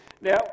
Now